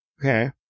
Okay